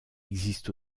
existent